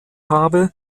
habe